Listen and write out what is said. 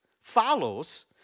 follows